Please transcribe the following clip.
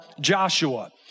Joshua